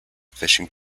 fishing